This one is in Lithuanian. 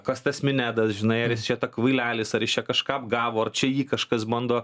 kas tas minedas žinai ar jis čia ta kvailelis ar iš čia kažką apgavo ar čia jį kažkas bando